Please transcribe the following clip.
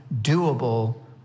doable